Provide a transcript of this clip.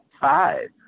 five